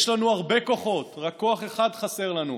יש לנו הרבה כוחות, רק כוח אחד חסר לנו,